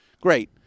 great